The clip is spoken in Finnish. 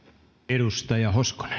arvoisa herra